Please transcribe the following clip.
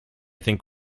think